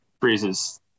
freezes